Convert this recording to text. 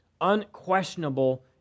unquestionable